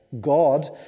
God